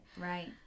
right